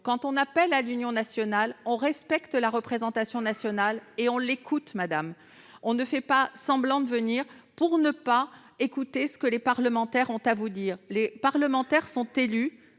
Quand on en appelle à l'union nationale, on respecte la représentation nationale, et on l'écoute, madame la ministre ! On ne fait pas semblant de venir tout en n'écoutant pas ce que les parlementaires ont à dire. Les parlementaires sont élus